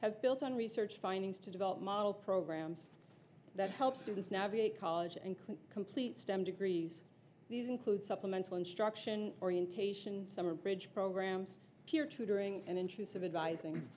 have built on research findings to develop model programs that help students navigate college and complete stem degrees these include supplemental instruction orientation summer bridge programs peer tutoring and intrusive advising